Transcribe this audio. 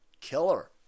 killer